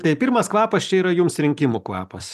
tai pirmas kvapas čia yra jums rinkimų kvapas